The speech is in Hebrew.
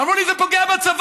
אמרו לי: זה פוגע בצבא.